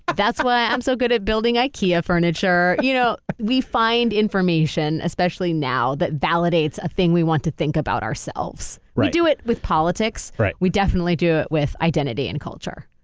but that's why i'm so good at building ikea furniture. you know we find information, especially now, that validates a thing we want to think about ourselves. right. we do it with politics. right. we definitely do it with identity and culture.